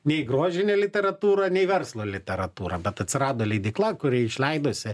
nei grožinė literatūra nei verslo literatūra bet atsirado leidykla kuri išleidusi